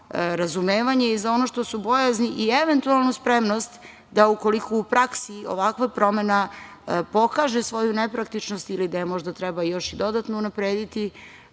i za ono što su bojazni i eventualno spremnost da ukoliko u praksi ovakva promena pokaže svoju nepraktičnost ili da je možda treba dodatno unaprediti,